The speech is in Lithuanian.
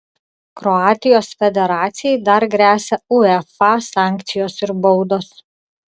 kroatijos federacijai dar gresia uefa sankcijos ir baudos